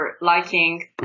liking